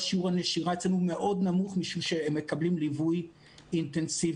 שיעור הנשירה מאוד נמוך משום שהם מקבלים ליווי אינטנסיבי.